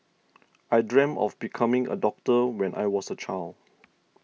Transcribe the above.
I dreamt of becoming a doctor when I was a child